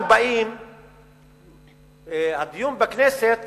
הדיון בכנסת